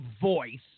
voice